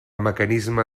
mecanisme